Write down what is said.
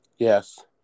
Yes